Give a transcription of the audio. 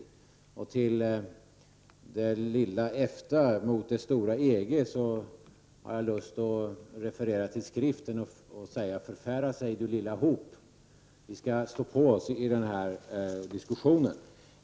När det gäller det lilla EFTA, mot det stora EG, har jag lust att referera till Skriften och säga: Förfäras ej du lilla hop! Vi skall stå på oss i den här diskussionen.